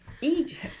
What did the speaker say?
Egypt